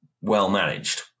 well-managed